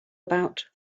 about